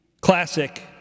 classic